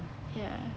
ya